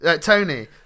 Tony